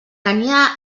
tenia